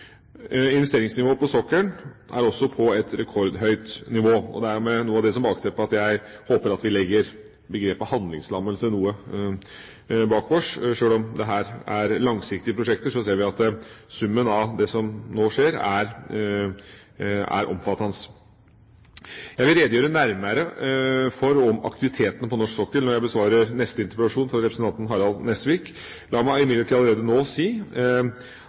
Investeringsnivået på sokkelen er også på et rekordhøyt nivå. Det er med noe av dette som bakteppe jeg håper at vi legger begrepet «handlingslammelse» noe bak oss. Sjøl om dette er langsiktige prosjekter, ser vi at summen av det som nå skjer, er omfattende. Jeg vil redegjøre nærmere for aktivitetene på norsk sokkel når jeg besvarer neste interpellasjon, fra representanten Harald Nesvik. La meg imidlertid allerede nå si